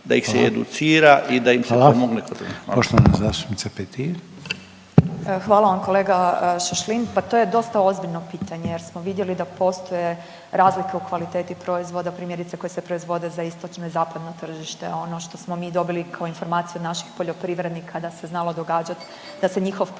Hvala. Poštovana zastupnica Petir. **Petir, Marijana (Nezavisni)** Hvala vam kolega Šašlin. Pa to je dosta ozbiljno pitanje, jer smo vidjeli da postoje razlike u kvaliteti proizvoda primjerice koje se proizvode za istočno i zapadno tržište. Ono što smo mi dobili kao informaciju od naših poljoprivrednika da se znalo događati da se njihov proizvod